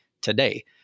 today